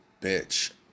bitch